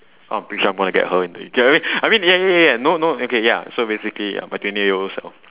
I'm pretty sure I'm gonna get her in I mean ya ya ya no no okay ya so basically ya my twenty year old self